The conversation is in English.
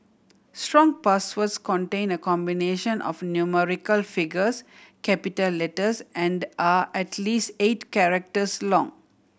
strong passwords contain a combination of numerical figures capital letters and are at least eight characters long